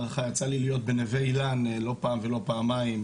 יצא לי להיות בנווה אילן לא פעם ולא פעמיים,